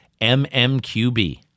MMQB